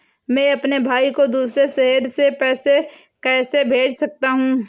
मैं अपने भाई को दूसरे शहर से पैसे कैसे भेज सकता हूँ?